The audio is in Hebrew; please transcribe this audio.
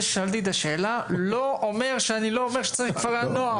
זה ששאלתי את השאלה לא אומר שאני אומר שלא צריך את כפרי הנוער.